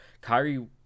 Kyrie